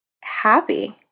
happy